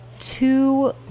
two